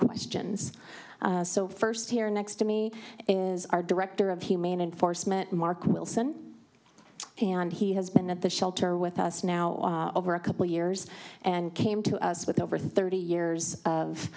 questions so first here next to me is our director of humane and for smith mark wilson and he has been at the shelter with us now on over a couple years and came to us with over thirty years of